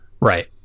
Right